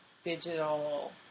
Digital